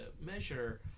measure